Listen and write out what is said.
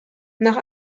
nach